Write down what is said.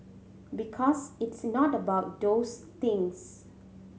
because it's not about those things